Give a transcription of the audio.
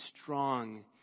strong